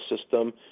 system